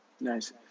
nice